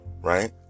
right